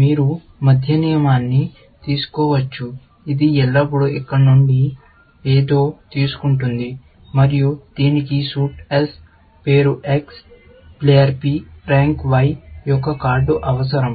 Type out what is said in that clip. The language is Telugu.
మీరు మధ్య నియమాన్ని తీసుకోవచ్చు ఇది ఎల్లప్పుడూ ఇక్కడ నుండి ఏదో తీసుకుంటుంది మరియు దీనికి సూట్ S పేరు X player P rank Y యొక్క కార్డు అవసరం